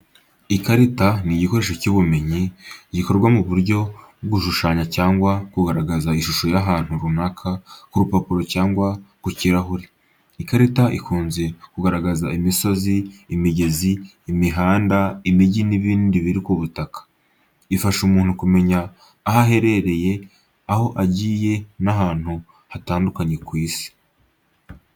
Ikarita ni igikoresho cy’ubumenyi, gikorwa mu buryo bwo gushushanya cyangwa kugaragaza ishusho y’ahantu runaka ku rupapuro cyangwa ku kirahure. Ikarita ikunze kugaragaza imisozi, imigezi, imihanda, imijyi n’ibindi biri ku butaka. Ifasha umuntu kumenya aho aherereye, aho agiye n’ahantu hatandukanye ku isi.